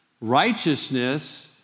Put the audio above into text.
Righteousness